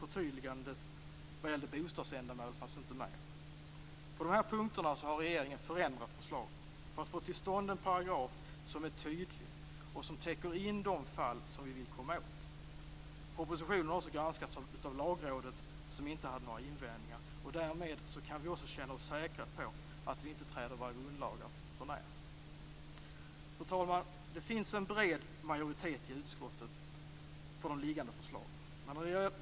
Förtydligandet vad gällde bostadsändamål fanns inte med. På dessa punkter har regeringen förändrat förslaget för att få till stånd en paragraf som är tydlig och som täcker in de fall som vi vill komma åt. Propositionen har också granskats av Lagrådet, som inte hade några invändningar. Därmed kan vi också känna oss säkra på att vi inte träder våra grundlagar förnär. Fru talman! Det finns en bred majoritet i utskottet för de liggande förslagen.